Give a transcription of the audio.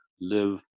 live